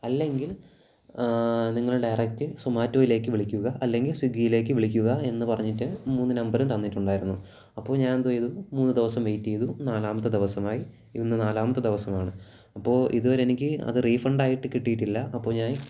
അല്ലെങ്കിൽ നിങ്ങൾ ഡയറക്ട് സുമാറ്റോയിലേക്ക് വിളിക്കുക അല്ലെങ്കിൽ സ്വിഗ്ഗിയിലേക്കു വിളിക്കുക എന്നു പറഞ്ഞിട്ട് മൂന്നു നമ്പർ തന്നിട്ടുണ്ടായിരുന്നു അപ്പോൾ ഞാനെന്തു ചെയ്തു മൂന്നു ദിവസം വെയിറ്റ് ചെയ്തു നാലാമത്തെ ദിവസമായി ഇന്നു നാലാമത്തെ ദിവസമാണ് അപ്പോൾ ഇതുവരെ എനിക്ക് അതു റീഫണ്ട് ആയിട്ടു കിട്ടിയിട്ടില്ല അപ്പോൾ ഞാൻ